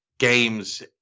Games